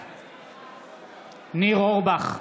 בעד ניר אורבך,